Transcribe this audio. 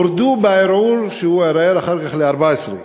הורדו בערעור, הוא ערער אחר כך, ל-14.